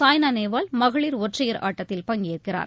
சாய்னாநேவால் மகளிர் ஒற்றையர் ஆட்டத்தில் பங்கேற்கிறார்